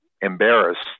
embarrassed